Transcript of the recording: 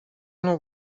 know